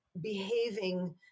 behaving